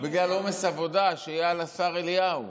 בגלל עומס עבודה שיהיה על השר אליהו.